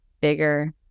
Bigger